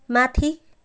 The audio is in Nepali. माथि